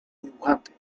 dibujante